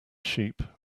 sheep